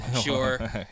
Sure